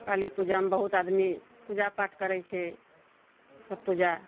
काली पूजामे बहुत आदमी पूजा पाठ करय छै सब पूजा